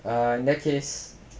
err in that case